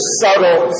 subtle